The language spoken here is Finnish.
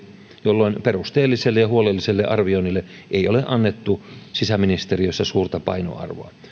jolloin perusteelliselle ja huolelliselle arvioinnille ei ole annettu sisäministeriössä suurta painoarvoa